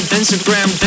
Instagram